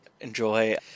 enjoy